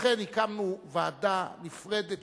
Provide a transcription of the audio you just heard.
לכן הקמנו ועדה נפרדת